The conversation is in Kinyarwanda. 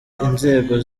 inzego